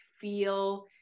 feel